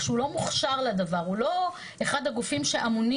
כשהוא לא מוכשר לדבר - הוא לא אחד הגופים שאמונים